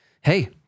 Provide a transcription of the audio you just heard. Hey